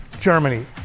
Germany